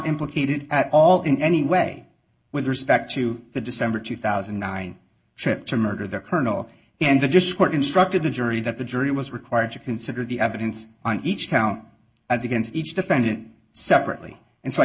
implicated at all in any way with respect to the december two thousand and nine trip to murder the colonel and the discord instructed the jury that the jury was required to consider the evidence on each count as against each defendant separately and so i